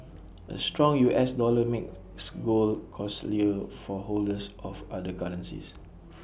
A strong U S dollar makes gold costlier for holders of other currencies